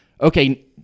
okay